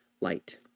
light